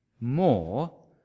more